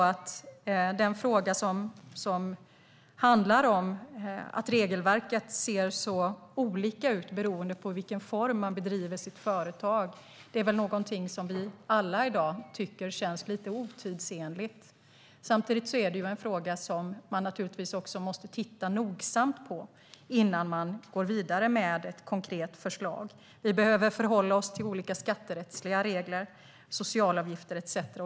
Att regelverket ser så olika ut beroende på i vilken form som man bedriver sitt företag är någonting som vi väl alla i dag tycker känns lite otidsenligt. Samtidigt är det en fråga som man naturligtvis måste titta nogsamt på innan man går vidare med ett konkret förslag. Man måste förhålla sig till olika skatterättsliga regler, socialavgifter etcetera.